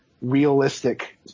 realistic